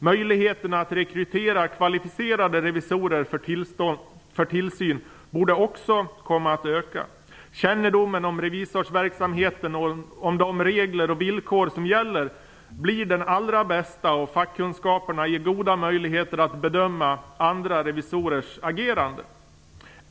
Möjligheterna att rekrytera kvalificerade revisorer för tillsyn borde också kunna öka. Kännedomen om revisorsverksamheten och de regler och villkor som gäller blir den allra bästa, och fackkunskaperna ger goda möjligheter att bedöma andra revisorers agerande.